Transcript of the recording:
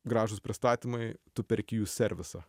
gražūs pristatymai tu perki jų servisą